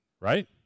right